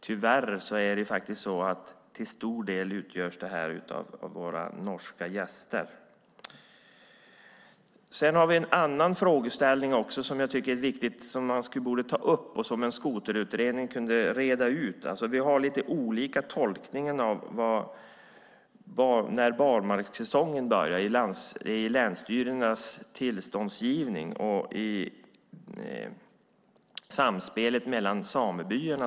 Tyvärr är det till stor del våra norska gäster som står för den. Det finns en annan viktig fråga som borde tas upp och som en skoterutredning kunde reda ut. Det är nämligen lite olika tolkningar av när barmarkssäsongen börjar när det gäller länsstyrelsernas tillståndsgivning och samspelet mellan samebyarna.